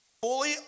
fully